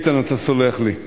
איתן, אתה סולח לי.